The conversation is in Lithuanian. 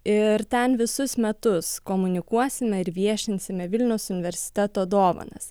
ir ten visus metus komunikuosime ir viešinsime vilniaus universiteto dovanas